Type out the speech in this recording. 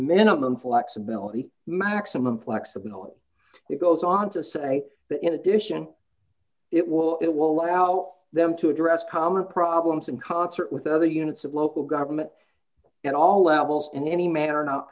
minimum flexibility maximum flexibility goes on to say that in addition it will it will allow them to address common problems in concert with other units of local government at all levels in any manner not